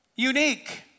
Unique